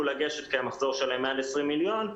לגשת כי המחזור שלהן מעל 20 מיליון.